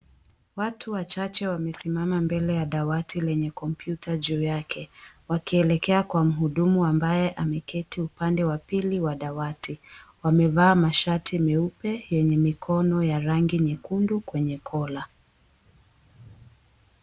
Watu wachache wamesimama mbele ya dawati lenye kompyuta juu yake, wakielekea kwa mhudumu ambaye ameketi upande wa pili wa dawati. Wamevaa mashati meupe yenye mikono ya rangi nyekundu kwenye collar .